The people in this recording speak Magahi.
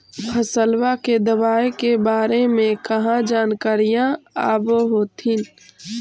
फसलबा के दबायें के बारे मे कहा जानकारीया आब होतीन?